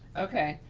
okay,